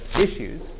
issues